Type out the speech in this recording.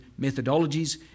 methodologies